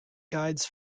guides